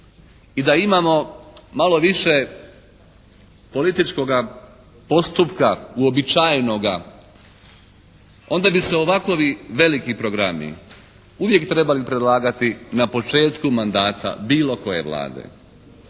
I da imamo malo više političkoga postupka, uobičajenoga onda bi se ovakovi veliki programi uvijek trebali predlagati na početku mandata bilo koje Vlade.